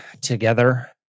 together